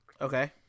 Okay